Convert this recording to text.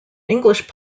english